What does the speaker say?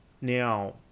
now